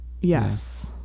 Yes